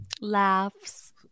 Laughs